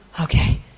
okay